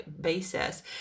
basis